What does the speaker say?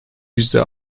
yüzde